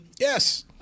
yes